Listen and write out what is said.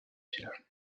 ville